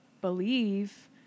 believe